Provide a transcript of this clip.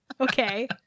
okay